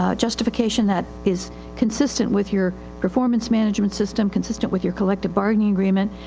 ah justification that is consistent with your performance management system, consistent with your collective bargaining agreement,